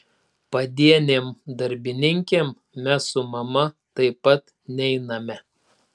padienėm darbininkėm mes su mama taip pat neiname